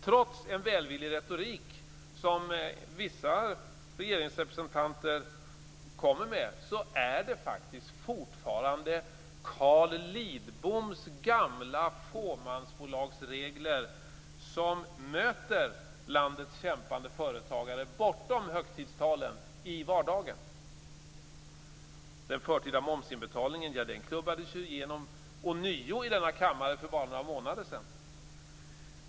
Trots den välvilliga retorik som vissa regeringsrepresentanter kommer med är det fortfarande Carl Lidboms gamla fåmansbolagsregler som möter landets kämpande företagare bortom högtidstalen - i vardagen. Den förtida momsinbetalningen klubbades ju igenom ånyo i denna kammare för bara några månader sedan.